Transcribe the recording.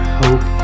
hope